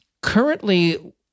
currently